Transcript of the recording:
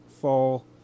fall